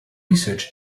research